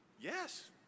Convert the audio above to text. Yes